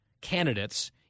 candidates